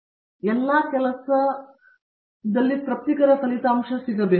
ಅನಂತ ಸುಬ್ರಹ್ಮಣ್ಯನ್ ಇದು ಎಲ್ಲಾ ಕೆಲಸದ ತೃಪ್ತಿಕರ ಫಲಿತಾಂಶವಾಗಿದೆ